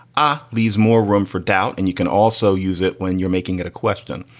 ah leaves more room for doubt. and you can also use it when you're making it a question.